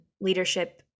leadership